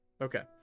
Okay